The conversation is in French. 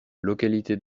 localité